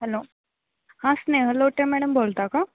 hello हां Sneh Lotya madam बोलता का